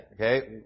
okay